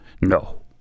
No